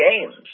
games